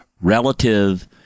Relative